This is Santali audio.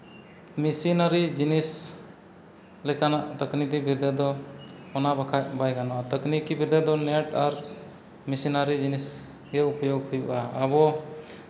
ᱢᱮᱥᱤᱱᱟᱨᱤ ᱡᱤᱱᱤᱥ ᱞᱮᱠᱟᱱᱟᱜ ᱛᱟᱹᱠᱱᱤᱠᱤ ᱵᱤᱨᱫᱟᱹ ᱫᱚ ᱚᱱᱟ ᱵᱟᱠᱷᱟᱡ ᱵᱟᱭ ᱜᱟᱱᱚᱜᱼᱟ ᱛᱟᱹᱠᱱᱤᱠᱤ ᱵᱤᱨᱫᱟᱹ ᱫᱚ ᱱᱮᱴ ᱟᱨ ᱢᱮᱥᱤᱱᱟᱨᱤ ᱡᱤᱱᱤᱥ ᱜᱮ ᱩᱯᱭᱳᱜ ᱦᱩᱭᱩᱜᱼᱟ ᱟᱵᱚ